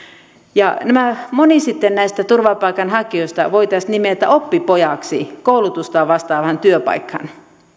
moni sitten näistä turvapaikanhakijoista voitaisiin nimetä oppipojaksi koulutustaan vastaavaan työpaikkaan